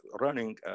running